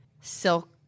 silk